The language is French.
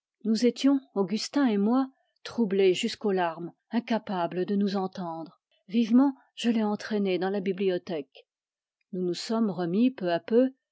nous étions troublés jusqu'aux larmes incapables de nous entendre vivement je l'ai entraîné dans la bibliothèque nous nous sommes remis peu à peu